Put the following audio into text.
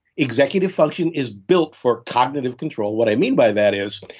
executive function is built for cognitive control. what i mean by that is,